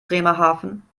bremerhaven